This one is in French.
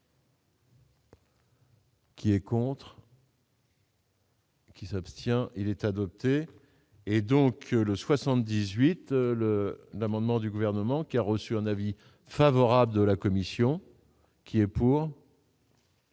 Qui est pour. Qui s'abstient, il est adopté, et donc le 78 le d'amendement du gouvernement qui a reçu un avis favorable de la commission qui est pour.